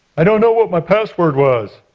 i don't know what my password was